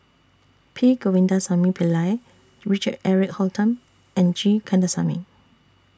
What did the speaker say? P Govindasamy Pillai Richard Eric Holttum and G Kandasamy